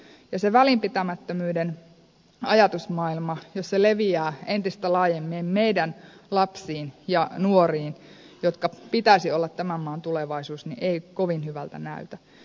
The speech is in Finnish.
ja jos se välinpitämättömyyden ajatusmaailma leviää entistä laajemmin meidän lapsiin ja nuoriin joiden pitäisi olla tämän maan tulevaisuus niin ei kovin hyvältä näytä